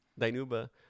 Dainuba